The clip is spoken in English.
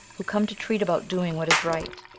who come to treat about doing what is right?